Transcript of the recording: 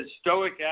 stoic